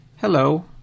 hello